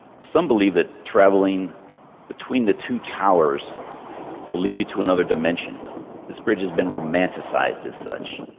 some believe that traveling between the two towers will lead you to another dimension this bridge has been romanticized as such